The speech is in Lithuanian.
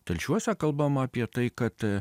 telšiuose kalbama apie tai kad